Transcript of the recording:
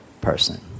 person